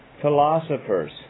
philosophers